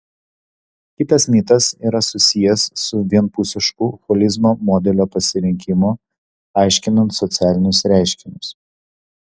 kitas mitas yra susijęs su vienpusišku holizmo modelio pasirinkimu aiškinant socialinius reiškinius